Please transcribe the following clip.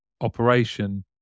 operation